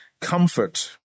comfort